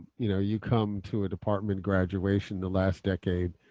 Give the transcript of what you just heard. you know you come to a department graduation the last decade,